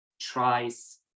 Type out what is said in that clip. tries